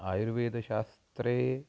आयुर्वेदशास्त्रे